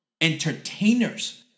entertainers